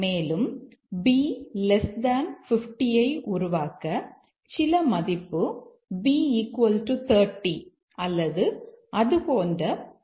மேலும் b 50 ஐ உருவாக்க சில மதிப்பு b 30 அல்லது அது போன்ற ஏதாவது மதிப்பை ஒதுக்குவோம்